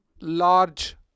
large